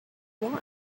want